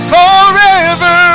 forever